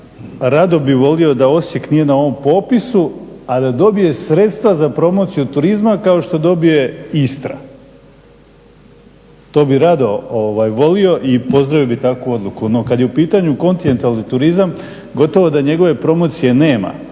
rado bih volio da Osijek nije na ovom popisu, a da dobije sredstva za promociju turizma kao što dobije Istra. To bih rado volio i pozdravio bih takvu odluku. No kad je u pitanju kontinentalni turizam, gotovo da njegove promocije nema,